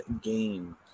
game